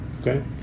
Okay